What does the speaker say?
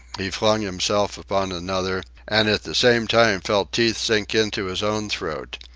he flung himself upon another, and at the same time felt teeth sink into his own throat.